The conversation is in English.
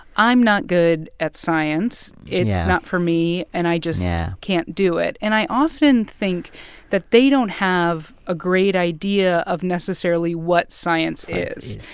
i'm not good at science. it's not for me, and i just yeah can't do it. and i often think that they don't have a great idea of necessarily what science is.